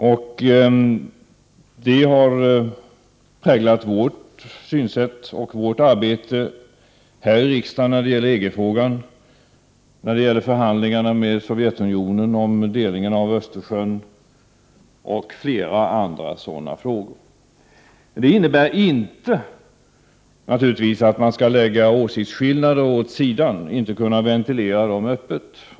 Detta har präglat vårt synsätt och vårt arbete här i riksdagen i EG-frågan och förhandlingarna med Sovjetunionen om delningen av Östersjön samt i flera andra frågor. Det innebär naturligtvis inte att man skall lägga åsiktsskillnaderna åt sidan och inte kunna ventilera dem öppet.